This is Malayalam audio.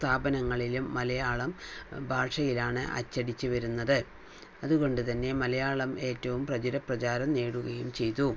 സ്ഥാപനങ്ങളിലും മലയാളം ഭാഷയിലാണ് അച്ചടിച്ച് വരുന്നത് അതുകൊണ്ടു തന്നെ മലയാളം ഏറ്റവും പ്രചിര പ്രചാരം നേടുകയും ചെയ്തു